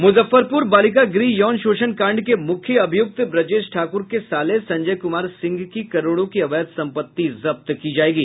मुजफ्फरपुर बालिका गृह यौन शोषण कांड के मुख्य अभियुक्त ब्रजेश ठाकुर के साले संजय कुमार सिंह की करोड़ों की अवैध संपत्ति जब्त की जायेगी